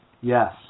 yes